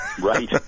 Right